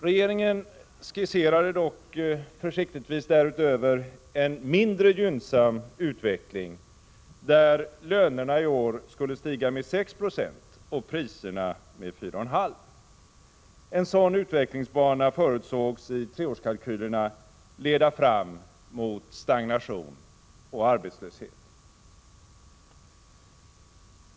Regeringen skisserade dock försiktigtvis därutöver en mindre gynnsam utveckling, där lönerna i år skulle stiga med 6 96 och priserna med 4,5 96. En sådan utvecklingsbana förutsågs i treårskalkylerna leda fram mot stagnation och arbetslöshet.